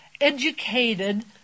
educated